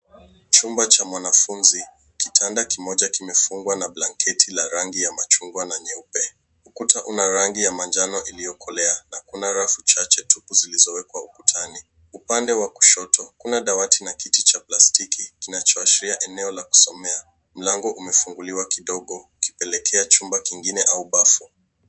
Chumba cha mwanafunzi, kitanda kimoja kimefungwa na blanketi la rangi ya machungwa na nyeupe. Ukuta una rangi ya manjano iliyokolea na kuna rafu chache tu zilizowekwa ukutani. Upande wa kushoto, kuna dawati na kiti cha plastiki, kinachoashiria eneo la kusomea. Mlango umefunguliwa kidogo, ukipelekea chumba kingine au bafu.